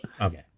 okay